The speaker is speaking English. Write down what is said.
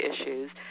issues